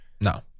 No